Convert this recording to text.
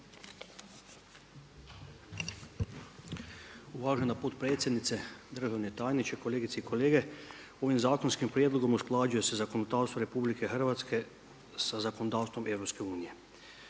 Uvažena potpredsjednice, državni tajniče, kolegice i kolete ovim zakonskim prijedlogom usklađuje se zakonodavstvo RH sa zakonodavstvom EU. Ujedno je